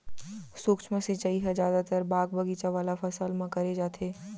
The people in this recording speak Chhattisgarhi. सूक्ष्म सिंचई ह जादातर बाग बगीचा वाला फसल म करे जाथे